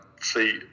see